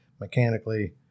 mechanically